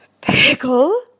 Pickle